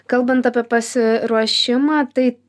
kalbant apie pasiruošimą tai